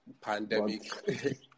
pandemic